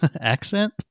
accent